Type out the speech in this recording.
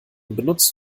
benutzt